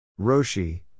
Roshi